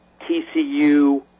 TCU